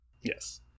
Yes